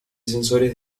sensores